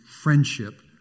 friendship